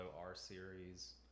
R-Series